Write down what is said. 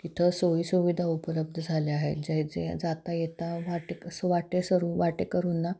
इथं सोयीसुविधा उपलब्ध झाल्या आहेत ज्या जे जाता येता वाट वाटसरू वाटेकरूंना